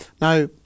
now